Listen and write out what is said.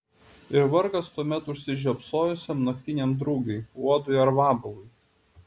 ir vargas tuomet užsižiopsojusiam naktiniam drugiui uodui ar vabalui